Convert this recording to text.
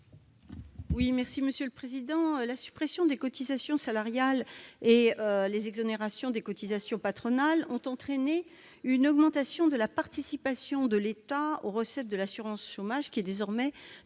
Laurence Cohen, sur l'article. La suppression des cotisations salariales et les exonérations de cotisations patronales ont entraîné une augmentation de la participation de l'État aux recettes de l'assurance chômage qui est désormais de